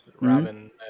Robin